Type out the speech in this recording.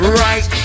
right